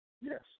Yes